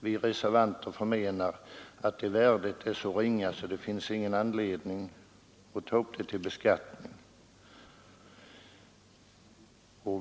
Vi reservanter förmenar att det värdet är så ringa att det inte finns någon anledning att ta upp det till beskattning.